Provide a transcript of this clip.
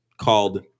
called